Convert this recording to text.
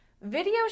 Video